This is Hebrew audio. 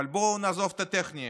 אבל בואו נעזוב את הטכני,